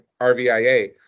RVIA